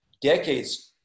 decades